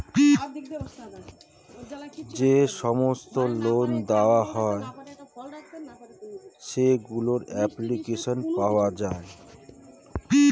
যে সমস্ত লোন দেওয়া হয় সেগুলোর অ্যাপ্লিকেশন পাওয়া যায়